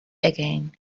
again